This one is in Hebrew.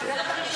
בנגזרת הראשונה,